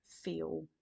feel